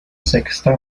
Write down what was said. sexta